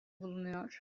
bulunuyor